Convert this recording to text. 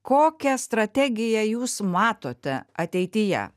kokią strategiją jūs matote ateityje